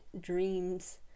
dreams